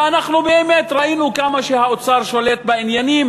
ואנחנו באמת ראינו כמה שהאוצר שולט בעניינים,